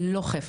הן לא חפץ.